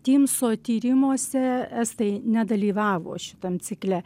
tymso tyrimuose estai nedalyvavo šitam cikle